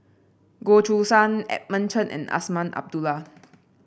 Goh Choo San Edmund Chen and Azman Abdullah